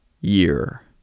year